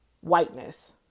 whiteness